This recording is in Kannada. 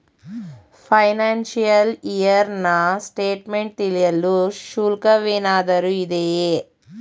ಫೈನಾಶಿಯಲ್ ಇಯರ್ ನ ಸ್ಟೇಟ್ಮೆಂಟ್ ತಿಳಿಯಲು ಶುಲ್ಕವೇನಾದರೂ ಇದೆಯೇ?